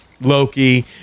Loki